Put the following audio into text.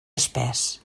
espès